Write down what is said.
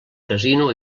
casino